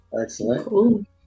Excellent